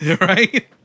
right